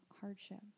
hardship